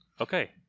Okay